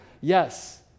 Yes